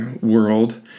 world